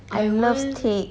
I love steak